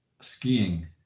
Skiing